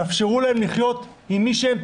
תאפשרו להם לחיות כפי שהם,